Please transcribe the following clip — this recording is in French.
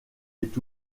est